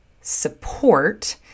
support